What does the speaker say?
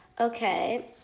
okay